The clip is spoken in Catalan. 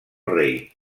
rei